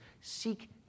seek